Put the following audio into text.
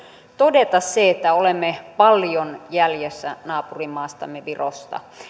todeta se että olemme paljon jäljessä naapurimaastamme virosta